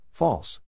False